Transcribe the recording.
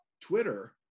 Twitter